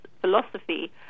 philosophy